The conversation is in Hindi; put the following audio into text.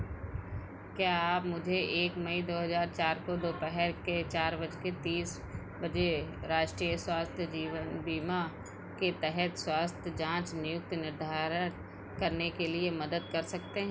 क्या आप मुझे एक मई दो हज़ार चार को दोपहर के चार बज कर तीस बजे राष्ट्रीय स्वास्थ्य जीवन बीमा के तहत स्वास्थ्य जाँच नियुक्ति निर्धारण करने में मेरी मदद कर सकते हैं